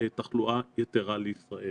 תחלואה יתרה לישראל